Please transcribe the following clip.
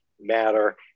matter